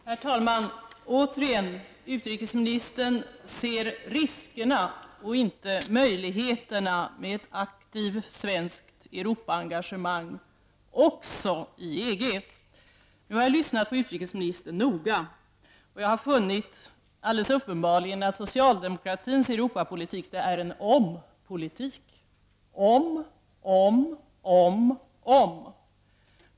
Herr talman! Återigen: Utrikesministern ser riskerna och inte möjligheterna med ett aktivt svenskt Europaengagemang också i EG. Nu har jag lyssnat noga till utrikesministern, och jag har funnit att det är uppenbart att socialdemokraternas Europapolitik är en om-politik: om, om, om!